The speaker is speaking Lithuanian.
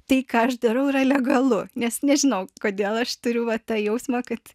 tai ką aš darau yra legalu nes nežinau kodėl aš turiu va tą jausmą kad